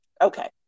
Okay